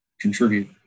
contribute